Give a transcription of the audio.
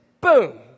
boom